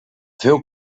feu